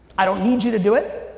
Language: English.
i don't need you to do it.